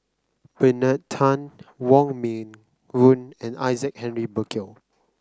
Bernard Tan Wong Meng Voon and Isaac Henry Burkill